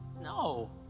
No